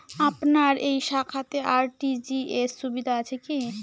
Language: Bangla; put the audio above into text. আপনার এই শাখাতে আর.টি.জি.এস সুবিধা আছে কি?